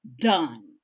done